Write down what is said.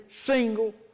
single